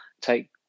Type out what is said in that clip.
take